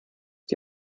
die